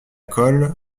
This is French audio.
colle